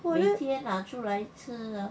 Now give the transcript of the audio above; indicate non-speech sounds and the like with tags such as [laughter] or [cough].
[noise]